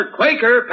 Quaker